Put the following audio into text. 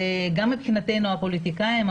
גם מבחינתנו הפוליטיקאים,